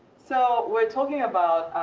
so we're talking about